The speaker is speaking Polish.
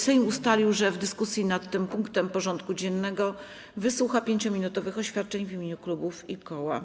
Sejm ustalił, że w dyskusji nad tym punktem porządku dziennego wysłucha 5-minutowych oświadczeń w imieniu klubów i koła.